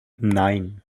nein